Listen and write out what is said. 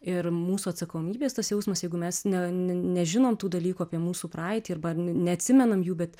ir mūsų atsakomybės tas jausmas jeigu mes ne nežinom tų dalykų apie mūsų praeitį ar neatsimenam jų bet